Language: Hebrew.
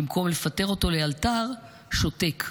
במקום לפטר אותו לאלתר, שותק.